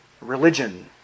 religion